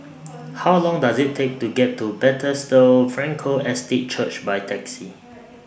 How Long Does IT Take to get to Bethesda Frankel Estate Church By Taxi